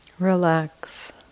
Relax